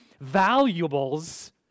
valuables